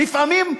לפעמים,